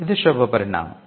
ఇది శుభపరిణామం